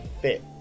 fit